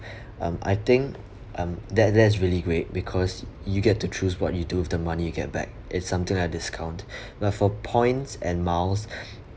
um I think um that that is really great because you get to choose what you do with the money you get back it's something like discount lah for points and miles